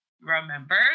remember